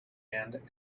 and